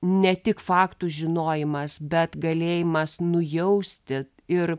ne tik faktų žinojimas bet galėjimas nujausti ir